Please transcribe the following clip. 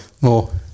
more